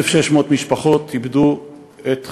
1,600 משפחות איבדו את חייהן,